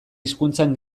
hizkuntzan